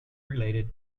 related